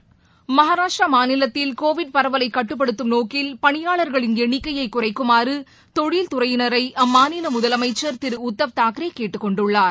Covid மகாராஷ்டிராமாநிலத்தில் பரவலைகட்டுப்படுத்தும் நோக்கில் பணியாள்களின் எண்ணிக்கையைகுறைக்குமாறுதொழில்துறையினரைஅம்மாநிலமுதலமைச்சா் திரு உத்தவ் தாக்கரேகேட்டுக்கொண்டுள்ளார்